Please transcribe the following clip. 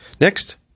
next